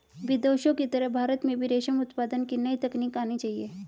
विदेशों की तरह भारत में भी रेशम उत्पादन की नई तकनीक आनी चाहिए